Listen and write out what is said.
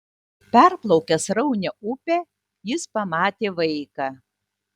perplaukęs sraunią upę jis pamatė vaiką